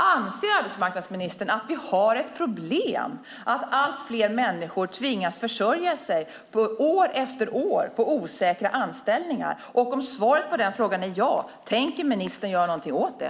Anser arbetsmarknadsministern att vi har ett problem med att allt fler människor år efter år tvingas försörja sig på osäkra anställningar? Om svaret på den frågan är ja, tänker ministern då göra någonting åt det?